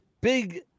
big